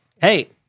Hey